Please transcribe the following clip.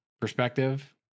perspective